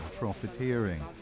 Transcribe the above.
profiteering